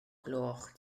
gloch